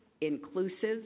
inclusive